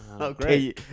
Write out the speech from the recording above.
Okay